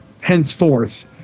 henceforth